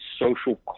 social